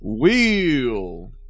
Wheel